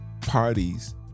parties